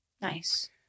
Nice